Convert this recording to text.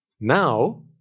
now